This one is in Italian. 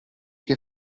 che